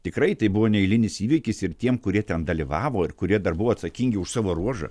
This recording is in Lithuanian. tikrai tai buvo neeilinis įvykis ir tiem kurie ten dalyvavo ir kurie dar buvo atsakingi už savo ruožą